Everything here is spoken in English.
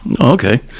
Okay